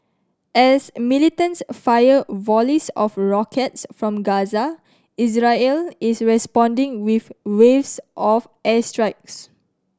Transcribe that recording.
as militants fire volleys of rockets from Gaza Israel is responding with waves of airstrikes